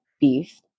beef